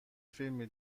فیلمی